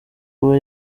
kuba